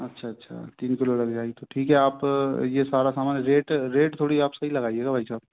अच्छा अच्छा तीन किलो लग जाएगी तो ठीक है आप ये सारा सामान रेट रेट थोड़ी आप सही लगाइएगा भाई साहब